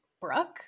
Brooke